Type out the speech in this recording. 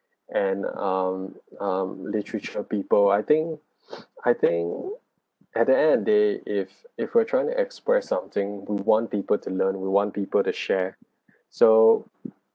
and um um literature people I think I think at the end of day if if we're trying to express something we want people to learn we want people to share so